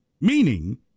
Meaning